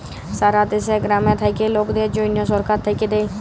সারা দ্যাশে গ্রামে থাক্যা লকদের জনহ সরকার থাক্যে দেয়